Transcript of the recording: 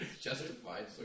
Justified